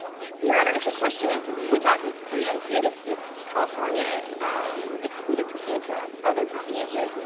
your honor, if your question is, would that be preempted if if california excluded pursuant to other diseases,